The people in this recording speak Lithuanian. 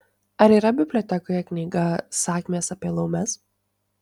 ar yra bibliotekoje knyga sakmės apie laumes